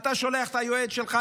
אתה שולח את היועץ שלך.